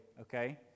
okay